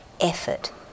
effort